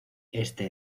este